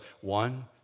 one